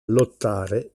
lottare